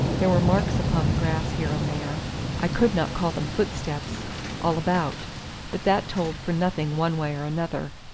there were marks upon the grass here and there i could not call them footsteps all about but that told for nothing one way or another.